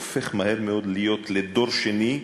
הופך מהר מאוד להיות לדור שני,